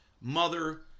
mother